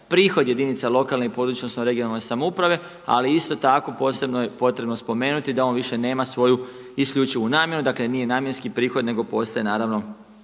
prihod jedinica lokalne i područne, odnosno regionalne samouprave, ali isto tako posebno je potrebno spomenuti da on više nema svoju isključivu namjenu. Dakle, nije namjenski prihod nego postaje naravno